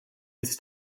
his